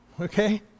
okay